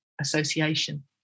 association